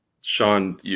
Sean